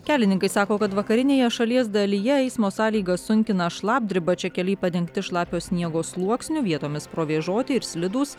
kelininkai sako kad vakarinėje šalies dalyje eismo sąlygas sunkina šlapdriba čia keliai padengti šlapio sniego sluoksniu vietomis provėžoti ir slidūs